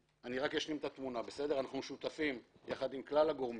אשלים את התמונה: אנחנו שותפים יחד עם כלל הגורמים.